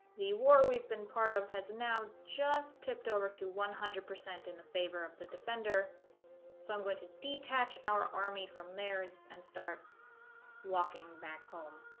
the war we've been part of has now just tipped over to one hundred percent in the favor of the defender so i'm going to detach our army from theirs and start walking back home